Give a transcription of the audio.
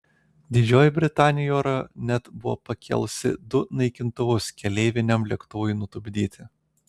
didžioji britanija į orą net buvo pakėlusi du naikintuvus keleiviniam lėktuvui nutupdyti